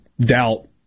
doubt